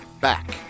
back